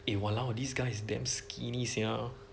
eh !walao! these guys damn skinny sia